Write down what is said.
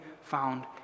found